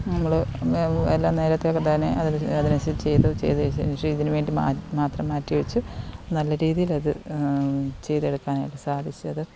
നമ്മൾ എല്ലാം നേരത്തെയൊക്കെത്തന്നെ അതിന് അതനുസരിച്ച് ചെയ്തു ചെയ്തു വെച്ചതിന് ശേഷം ഇതിനുവേണ്ടി മാത്രം മാത്രം മാറ്റിവെച്ചു നല്ല രീതിയിലത് ചെയ്തെടുക്കാനായിട്ട് സാധിച്ചത്